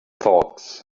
thoughts